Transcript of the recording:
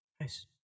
Nice